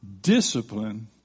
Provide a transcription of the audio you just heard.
discipline